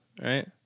Right